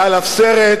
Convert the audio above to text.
היה עליו סרט.